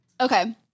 Okay